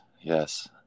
yes